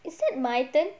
is it my turn